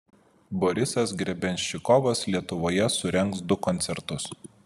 borisas grebenščikovas lietuvoje surengs du koncertus